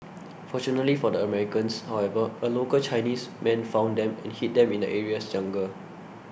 fortunately for the Americans however a local Chinese man found them and hid them in the area's jungle